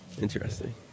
Interesting